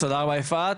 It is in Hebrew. תודה רבה יפעת.